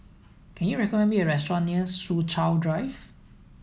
can you recommend me a restaurant near Soo Chow Drive